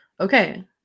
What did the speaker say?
Okay